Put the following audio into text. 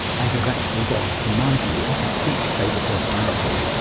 and has actually got, in my view, a completely stable personality.